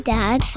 Dad